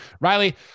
Riley